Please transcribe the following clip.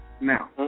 Now